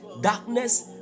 darkness